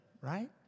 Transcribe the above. right